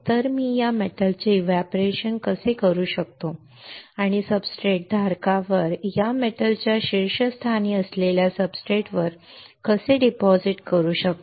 तर मी या धातूचे एव्हपोरेशन कसे करू शकतो आणि सब्सट्रेट धारकावर या धातूच्या शीर्ष स्थानी असलेल्या सब्सट्रेटवर कसे डिपॉझिट करू शकतो